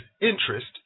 interest